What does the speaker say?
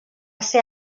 ser